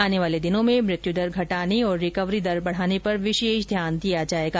आने वाले दिनों में मृत्युदर घटाने और रिकवरी दर बढ़ाने पर विशेष ध्यान दिया जाएगा